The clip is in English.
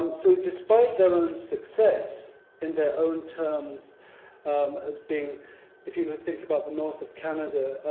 um so, despite their own success in their own terms of being if you think about the north of canada,